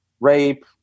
rape